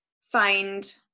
find